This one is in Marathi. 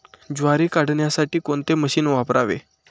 ज्वारी काढण्यासाठी कोणते मशीन वापरावे?